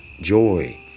joy